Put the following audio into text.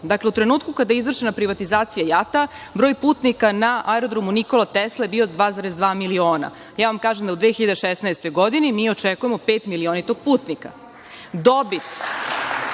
JAT.U trenutku kada je izvršena privatizacija JAT broj putnika na Aerodromu „Nikola Tesla“ je bio 2,2 miliona. Ja vam kažem da u 2016. godini mi očekujemo petmilionitog putnika. Pošto